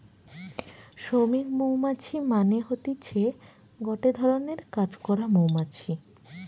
শ্রমিক মৌমাছি মানে হতিছে গটে ধরণের কাজ করা মৌমাছি